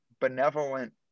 benevolent